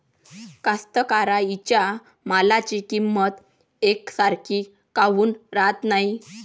कास्तकाराइच्या मालाची किंमत यकसारखी काऊन राहत नाई?